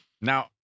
now